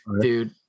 dude